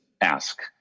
ask